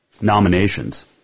nominations